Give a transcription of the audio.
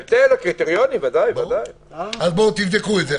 תבדקו את זה.